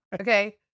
Okay